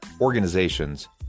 organizations